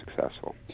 successful